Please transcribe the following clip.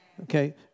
Okay